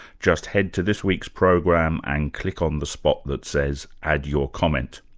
just head to this week's program and click on the spot that says add your comment.